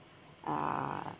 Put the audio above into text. uh